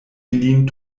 ilin